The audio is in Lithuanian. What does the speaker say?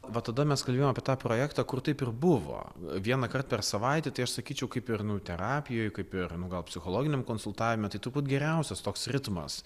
va tada mes kalbėjom apie tą projektą kur taip ir buvo vieną kart per savaitę tai aš sakyčiau kaip ir nu terapijoj kaip ir nu gal psichologiniam konsultavime tai turbūt geriausias toks ritmas